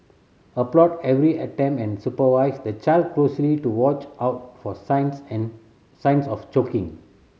applaud every attempt and supervise the child closely to watch out for signs an signs of choking